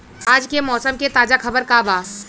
आज के मौसम के ताजा खबर का बा?